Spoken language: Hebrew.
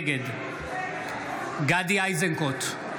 נגד גדי איזנקוט,